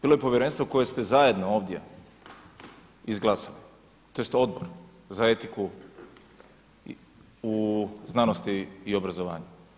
Bilo je povjerenstvo koje ste zajedno ovdje izglasali, tj. Odbor za etiku u znanosti i obrazovanju.